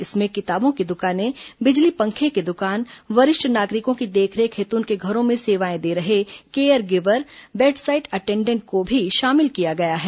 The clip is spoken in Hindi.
इसमें किताबों की दुकान बिजली पंखें की दुकान वरिष्ठ नागरिकों की देखरेख हेतु उनके घरों में सेवाएं दे रहे केयर गिवर बेडसाइट अटेंडेंट को भी शामिल किया गया है